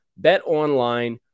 BetOnline